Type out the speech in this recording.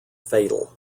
fatal